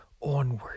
onward